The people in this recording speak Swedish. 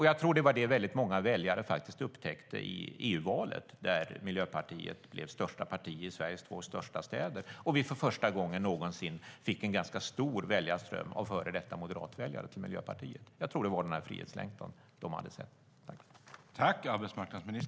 Jag tror att det var det som väldigt många väljare upptäckte i EU-valet där Miljöpartiet blev största parti i Sveriges två största städer och vi för första gången någonsin fick en ganska stor väljarström av före detta moderatväljare till Miljöpartiet. Jag tror att det var den frihetslängtan de hade sett.